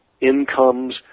incomes